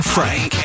Frank